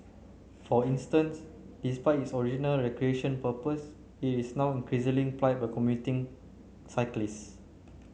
for instance despite its original recreation purpose it is now increasingly plied by commuting cyclists